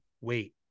wait